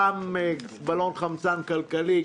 גם בלון חמצן כלכלי,